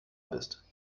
bist